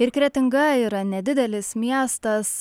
ir kretinga yra nedidelis miestas